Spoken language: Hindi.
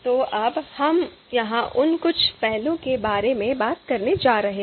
तो अब हम यहां उन कुछ पहलुओं के बारे में बात करने जा रहे हैं